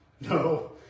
No